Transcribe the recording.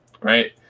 Right